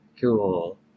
cool